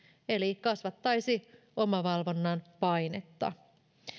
eli kasvattaisi omavalvonnan painetta